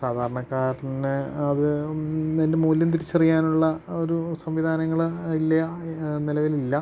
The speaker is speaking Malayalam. സാധാരണക്കാരന് അത് അതിന്റെ മൂല്യം തിരിച്ചറിയാനുള്ള ആ ഒരു സംവിധാനങ്ങള് ഇല്ല നിലവിലില്ല